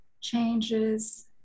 changes